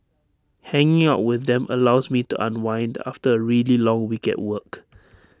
hanging out with them allows me to unwind after A really long week at work